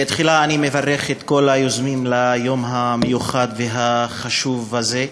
תחילה אני מברך את כל היוזמים של היום המיוחד והחשוב הזה,